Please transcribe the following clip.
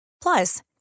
Plus